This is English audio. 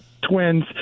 Twins